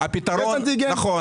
יש אנטיגן,